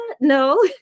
no